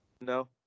No